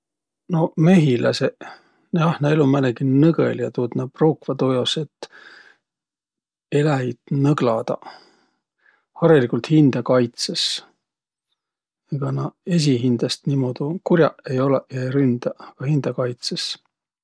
No mehiläseq, jah, näil um määnegi nõgõl ja tuud nä pruukvaq tuujaos, et eläjit nõgladaq. Hariligult hindäkaitsõs. Egaq nä esiqhindäst nii kur'aq ei olõq ja ei ründäq, aga hindäkaitsõs.